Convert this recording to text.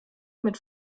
mit